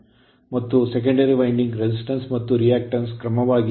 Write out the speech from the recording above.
ಮತ್ತು secondary secondary winding resistance ಮತ್ತು reactance ಕ್ರಮವಾಗಿ 0